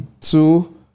two